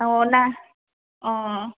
औ ना औ